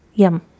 Yum